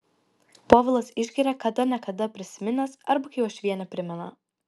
povilas išgeria kada ne kada prisiminęs arba kai uošvienė primena